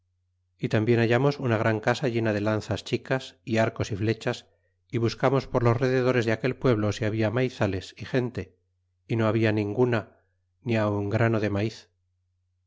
y tambien hallamos una gran casa llena de lanzas chic a s y arcos y flechas y buscamos por los rededores de aquel pueblo si habla maizales y gente y no habia ninguna ni aun grano de maiz